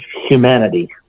humanity